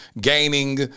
gaining